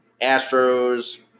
Astros